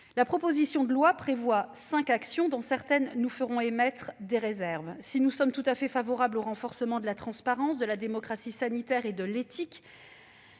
La proposition de loi prévoit cinq actions, dont certaines suscitent de notre part certaines réserves. Si nous sommes tout à fait favorables au renforcement de la transparence, de la démocratie sanitaire et de l'éthique